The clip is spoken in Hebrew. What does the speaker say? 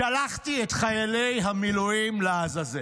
שלחתי את חיילי המילואים לעזאזל,